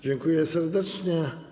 Dziękuję serdecznie.